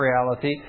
reality